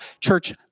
church